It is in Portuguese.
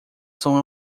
são